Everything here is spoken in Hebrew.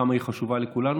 כמה היא חשובה לכולנו?